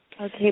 Okay